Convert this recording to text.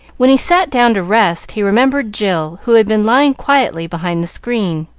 when he sat down to rest he remembered jill, who had been lying quietly behind the screen,